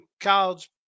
college